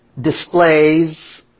displays